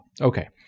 Okay